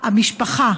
שהמשפחה,